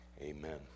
Amen